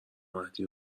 مهدی